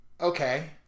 Okay